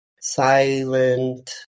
silent